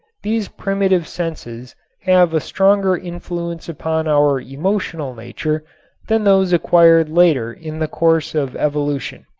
these primitive senses have a stronger influence upon our emotional nature than those acquired later in the course of evolution.